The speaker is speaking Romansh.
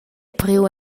priu